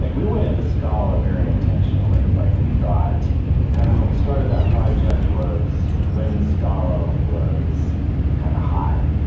like we went into scala very intentionally. like we thought kind of when we started that project was when scala was kind of hot.